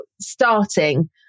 starting